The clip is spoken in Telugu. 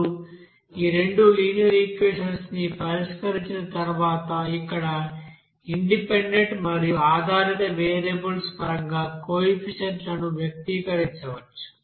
ఇప్పుడు ఈ రెండు లినియర్ ఈక్వెషన్స్ ని పరిష్కరించిన తర్వాత ఇక్కడ ఇండిపెండెంట్ మరియు ఆధారిత వేరియబుల్స్ పరంగా కోఎఫిషియెంట్స్ లను వ్యక్తీకరించవచ్చు